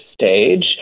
stage